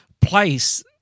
place –